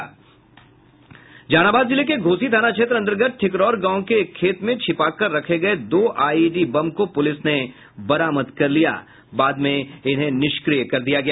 जहानाबाद जिले के घोषी थाना क्षेत्र अंतर्गत ठिकरौर गांव के एक खेत में छिपाकर रखे गये दो आईईडी बम को पुलिस ने बरामद कर लिया जिसे बाद में इसे निष्क्रिय कर दिया गया